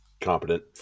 competent